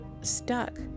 stuck